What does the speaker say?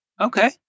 Okay